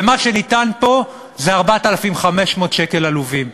ומה שניתן פה זה 4,500 שקל עלובים.